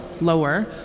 lower